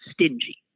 stingy